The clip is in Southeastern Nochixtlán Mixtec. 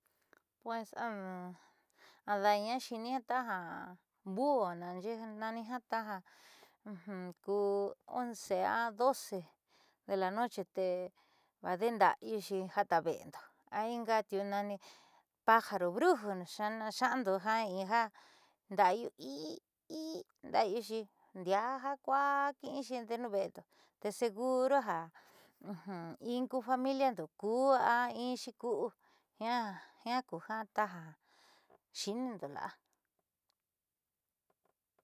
Pues ada'ana xiini taja buho naanxe'e nani taja ku 11 a 12 de la noche tee vaade'e nda'ayuxi jaatave'endo inga tiunani pájaro brujo xa'ando ja in ja nda'ayu i i nda'ayuxi ndiaa ja kuaa ki'iixi ndee nuuve'endo tee seguro ja in ku familiando kuu a inxi ku'u jiaa ku ja xi'inindo la'a.